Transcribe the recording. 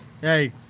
Hey